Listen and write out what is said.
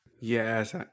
Yes